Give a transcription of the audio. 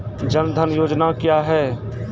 जन धन योजना क्या है?